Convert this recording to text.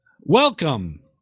welcome